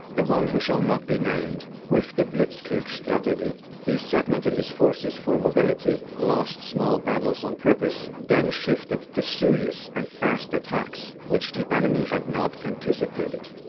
the one who shall not be named, with the blitzkrieg strategie. he segmented his forces for mobility, lost small battles on purpose, then shifted to serious and fast attacks, which the enemy had not anticipated.